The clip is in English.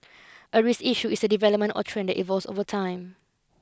a risk issue is a development or trend that evolves over time